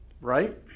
right